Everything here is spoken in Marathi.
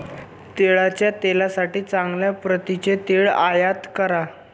तिळाच्या तेलासाठी चांगल्या प्रतीचे तीळ आयात करा